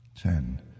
Ten